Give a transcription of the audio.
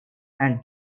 and